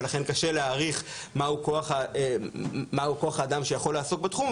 ולכן קשה להעריך מה הוא כוח האדם שיכול לעסוק בתחום,